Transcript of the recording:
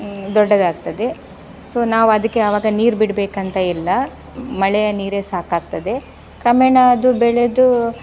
ದೊಡ್ಡದಾಗ್ತದೆ so ನಾವು ಅದಕ್ಕೆ ಆವಾಗ ನೀರು ಬಿಡಬೇಕಂತ ಇಲ್ಲ ಮಳೆಯ ನೀರೇ ಸಾಕಾಗ್ತದೆ ಕ್ರಮೇಣ ಅದು ಬೆಳೆದು